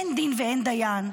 אין דין ואין דיין.